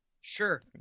Sure